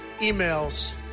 emails